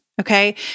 okay